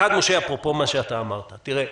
משה, אפרופו מה שאתה אמרת תראה,